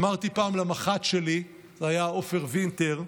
אמרתי פעם למח"ט שלי, זה היה עופר וינטר,